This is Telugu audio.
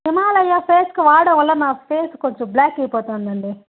హిమాలయా ఫేస్కి వాడడం వల్ల నా ఫేస్ కొంచెం బ్లాక్ అయిపోతూ ఉందండి